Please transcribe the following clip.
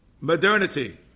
modernity